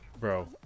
Bro